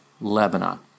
Lebanon